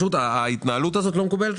ההתנהלות הזאת לא מקובלת